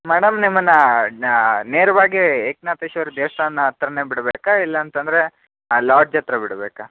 madam ನಿಮ್ಮನ್ನ ನಾ ನೇರವಾಗಿ ಏಕನಾಥೇಶ್ವರ ದೇವಸ್ಥಾನ ಹತ್ತಿರನೇ ಬಿಡಬೇಕಾ ಇಲ್ಲಾಂತಂದರೆ ಆ ಲಾಡ್ಜ್ ಹತ್ರ ಬಿಡಬೇಕಾ